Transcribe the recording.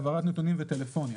העברת נתונים וטלפוניה.